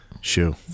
shoe